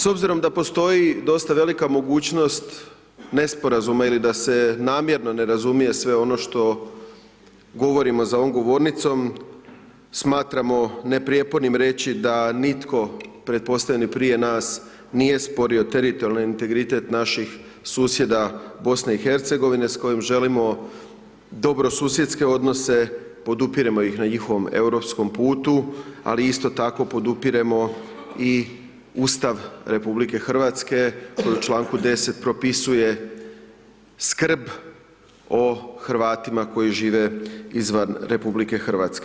S obzirom da postoji dosta velika mogućnost nesporazuma ili da se namjerno ne razumije sve ono što govorimo za ovom govornicom smatramo neprijepornim reći da nitko pretpostavljeni prije nas, nije sporio teritorijalni integritet naših susjeda BiH s kojima želimo dobrosusjedske odnose, podupiremo ih na njihovom europskom putu, ali isto tako podupiremo i Ustav RH koji u čl. 10. propisuje skrb o Hrvatima koji žive izvan RH.